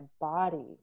body